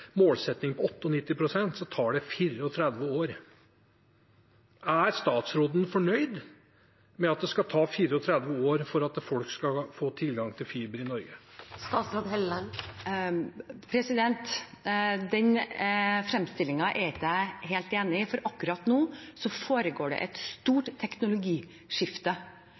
statsråden fornøyd med at det skal ta 34 år for at folk å få tilgang til fiber i Norge? Den fremstillingen er jeg ikke helt enig i, for akkurat nå foregår det et stort teknologiskifte